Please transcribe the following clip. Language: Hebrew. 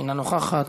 אינה נוכחת,